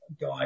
guy